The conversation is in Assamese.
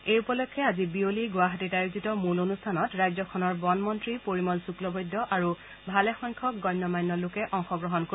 এই উপলক্ষে আজি বিয়লি গুৱাহাটীত আয়োজিত মূল অনুষ্ঠানত ৰাজ্যখনৰ বনমন্ত্ৰী পৰিমল শুক্লবৈদ্য আৰু ভালে সংখ্যক গণ্যমান্য লোকে অংশগ্ৰহণ কৰিব